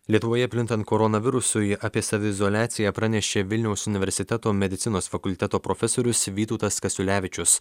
lietuvoje plintant koronavirusui apie saviizoliaciją pranešė vilniaus universiteto medicinos fakulteto profesorius vytautas kasiulevičius